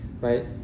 right